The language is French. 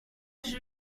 j’ai